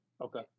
okay